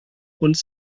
uns